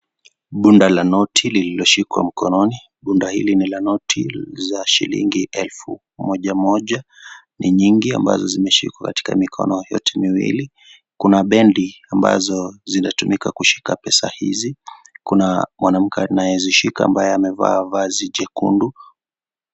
Bunda la noti lililoshikwa mkononi. Bunda hili ni la noti za shilingi elfu moja moja ni nyingi ambazo zimeshikwa katika mikono yote miwili, kuna bendi ambazo zinatumika kushika pesa hizi. Kuna mwanamke anayezishika ambaye amevaa vazi jekundu.